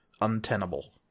untenable